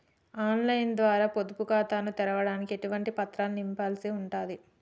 On line ద్వారా పొదుపు ఖాతాను తెరవడానికి ఎటువంటి పత్రాలను నింపాల్సి ఉంటది?